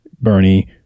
Bernie